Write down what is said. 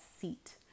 seat